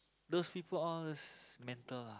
those people all as mental ah